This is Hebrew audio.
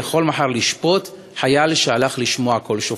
יכול מחר לשפוט חייל שהלך לשמוע קול שופר.